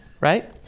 right